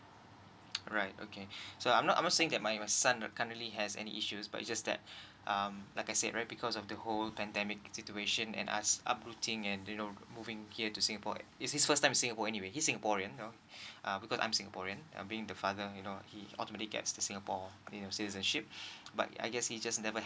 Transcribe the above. right okay so I'm not I'm not saying that my my son currently has any issues but it just that um like I said right because of the whole pandemic situation and us uprooting and you know moving here to singapore it's his first time to singapore anyway he's singaporean you know uh because I'm singaporean I'm being the father you know he automatically gets the singapore I mean the citizenship but I guess he just never